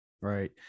Right